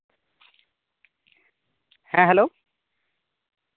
ᱦᱮᱸ ᱦᱮᱞᱳ